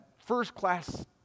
first-class